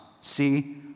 See